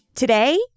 Today